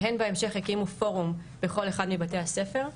שהן בהמשך יקימו פורום בכל אחד מבתי הספר.